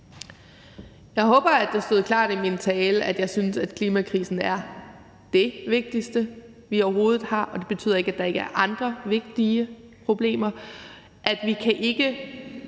Jeg håber, at det stod klart i min tale, at jeg synes, at klimakrisen er det vigtigste, vi overhovedet har – det betyder ikke, at der ikke er andre vigtige problemer